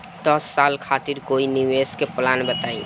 दस साल खातिर कोई निवेश के प्लान बताई?